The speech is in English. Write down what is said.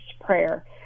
Prayer